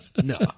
No